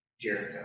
Jericho